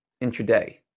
intraday